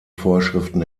vorschriften